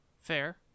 Fair